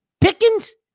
Pickens